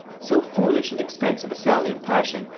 so foolish and expensive a sally of passion,